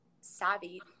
savvy